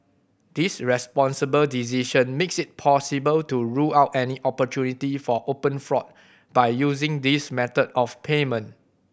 this responsible decision makes it possible to rule out any opportunity for open fraud by using this method of payment